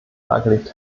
dargelegt